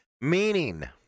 Meaning